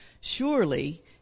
Surely